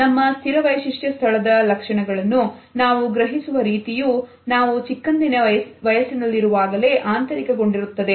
ನಮ್ಮ ಸ್ಥಿರ ವೈಶಿಷ್ಟ್ಯ ಸ್ಥಳದ ಲಕ್ಷಣಗಳನ್ನು ನಾವು ಗ್ರಹಿಸುವ ರೀತಿಯೂ ನಾವು ಚಿಕ್ಕಂದಿನ ವಯಸ್ಸಿನಲ್ಲಿರುವಾಗಲೇ ಆಂತರಿಕ ಗೊಂಡಿರುತ್ತದೆ